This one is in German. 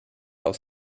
aus